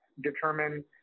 determine